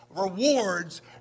rewards